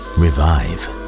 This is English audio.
revive